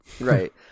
Right